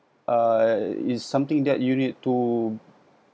uh is something that you need to